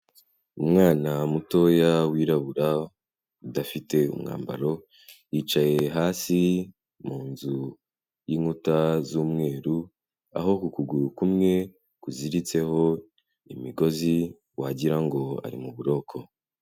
Umwana mutoya wirabura udafite umwambaro, yicaye hasi mu nzu y'inkuta z'umweru, aho ku kuguru kumwe kuziritseho imigozi wagira ngo ari mu buroko.